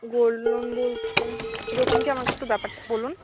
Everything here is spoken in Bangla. গোল্ড লোন বলতে কিরকম কি আমাকে একটু ব্যাপারটা বলুন